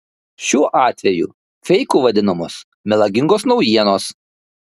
šiuo atveju feiku vadinamos melagingos naujienos